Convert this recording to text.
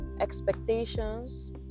expectations